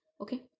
okay